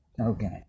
Okay